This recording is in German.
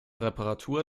reparatur